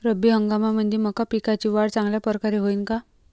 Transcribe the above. रब्बी हंगामामंदी मका पिकाची वाढ चांगल्या परकारे होईन का?